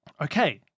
Okay